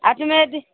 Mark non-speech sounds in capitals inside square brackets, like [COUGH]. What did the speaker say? [UNINTELLIGIBLE]